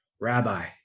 Rabbi